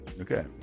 Okay